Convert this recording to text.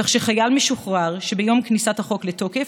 כך שחייל משוחרר שביום כניסת החוק לתוקף,